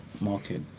market